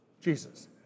Jesus